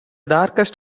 darkest